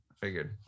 figured